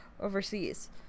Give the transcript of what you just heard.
overseas